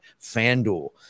FanDuel